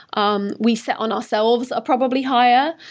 um we set on ourselves are probably higher.